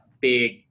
big